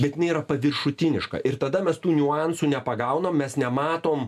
bet jinai yra paviršutiniška ir tada mes tų niuansų nepagaunam mes nematom